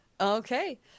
Okay